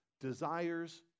desires